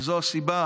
וזו הסיבה